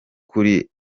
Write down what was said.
kuri